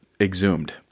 exhumed